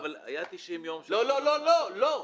היה 90 יום --- לא, לא, לא.